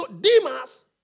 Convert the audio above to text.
Demas